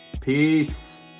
Peace